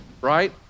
right